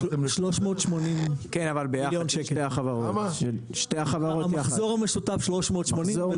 380 מיליון שקל, המחזור המשותף 360 ו-